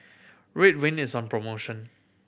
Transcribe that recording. Ridwind is on promotion